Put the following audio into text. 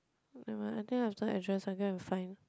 never mind I think after address I go and find